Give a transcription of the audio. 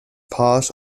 part